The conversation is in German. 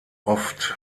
oft